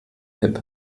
hip